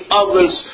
others